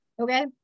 Okay